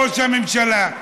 ראש הממשלה.